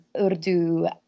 urdu